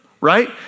Right